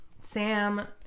Sam